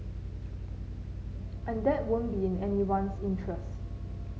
and that won't be in anyone's interest